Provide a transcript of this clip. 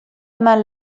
eman